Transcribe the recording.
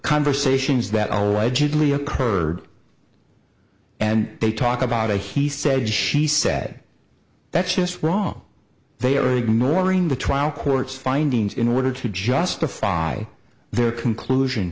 conversations that allegedly occurred and they talk about a he said she said that's just wrong they are ignoring the trial court's findings in order to justify their conclusion